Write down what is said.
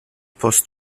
post